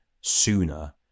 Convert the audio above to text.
sooner